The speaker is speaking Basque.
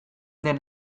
den